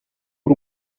w’u